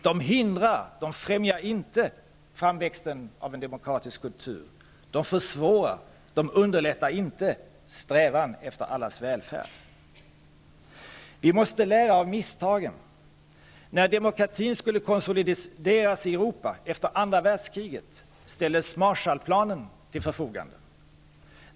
De hindrar, de främjar inte, framväxten av en demokratisk kultur. De försvårar, de underlättar inte, strävan efter allas välfärd. Vi måste lära av misstagen. När demokratin skulle konsolideras i Europa efter andra världskriget ställdes Marshallplanen till förfogande.